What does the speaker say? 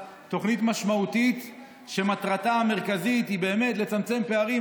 תוכנית משמעותית שמטרתה המרכזית היא באמת לצמצם פערים,